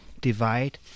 divide